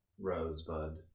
Rosebud